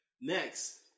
next